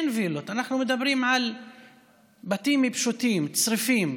אין וילות, אנחנו מדברים על בתים פשוטים, צריפים,